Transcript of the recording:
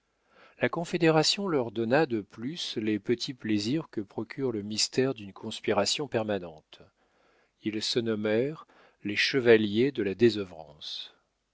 la confédération leur donna de plus les petits plaisirs que procure le mystère d'une conspiration permanente ils se nommèrent les chevaliers de la désœuvrance